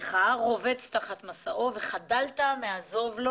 שונאך רובץ תחת משאו וחדלת מעזוב לו